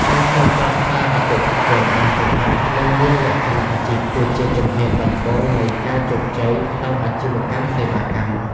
ការឆ្លើយតបសារអតិថិជនបានរហ័ស និងមានលក្ខណៈអាជីព គឺជាជំហានដំបូងនៃការជោគជ័យក្នុងអាជីវកម្មសេវាកម្ម។